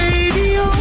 Radio